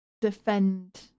defend